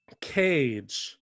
cage